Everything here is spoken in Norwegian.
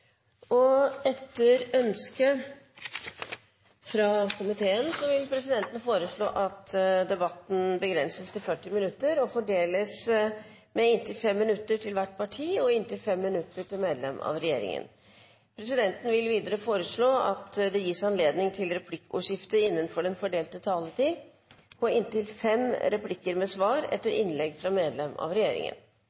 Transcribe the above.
debattopplegget. Etter ønske fra komiteen vil presidenten foreslå at taletiden begrenses til 40 minutter og fordeles med inntil 5 minutter til hvert parti og inntil 5 minutter til medlem av regjeringen. Videre vil presidenten foreslå at det gis anledning til replikkordskifte på inntil fem replikker med svar etter